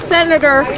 Senator